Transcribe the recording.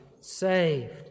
saved